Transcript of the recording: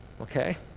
Okay